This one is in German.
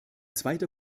zweiter